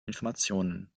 informationen